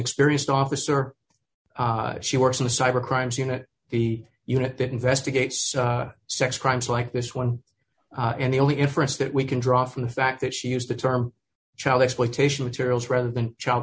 experienced officer she works in the cyber crimes unit the unit that investigates sex crimes like this one and the only inference that we can draw from the fact that she used the term chalice petition materials rather than child